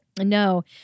No